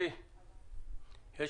יש